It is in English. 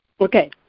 Okay